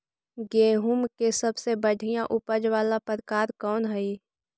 गेंहूम के सबसे बढ़िया उपज वाला प्रकार कौन हई?